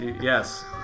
yes